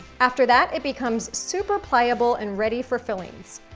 after that, it becomes super pliable and ready for fillings.